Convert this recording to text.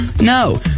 No